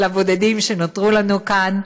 לבודדים שנותרו לנו כאן: